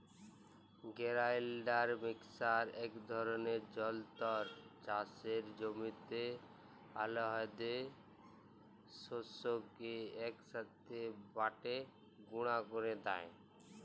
grinder mixer ইক ধরলের যল্তর চাষের জমির আলহেদা শস্যকে ইকসাথে বাঁটে গুঁড়া ক্যরে দেই